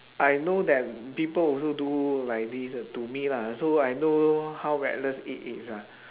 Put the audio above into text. I know that people also do like this to me lah so I know how reckless it is ah